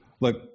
look